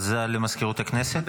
הודעה למזכירות הכנסת.